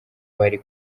bari